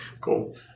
cool